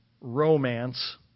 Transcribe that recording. romance